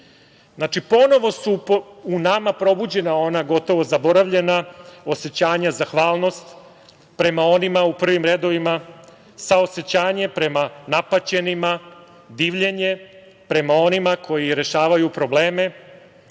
ponovo su u nama probuđena ona gotovo zaboravljena osećanja zahvalnosti prema onima u prvim redovima, saosećanje prema napaćenima, divljenje prema onima koji rešavaju probleme